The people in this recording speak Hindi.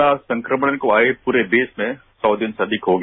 कोरोना संक्रमण को आए पूरे देश में सौ दिन से अधिक हो गया